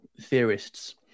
theorists